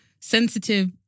Sensitive